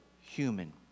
human